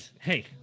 Hey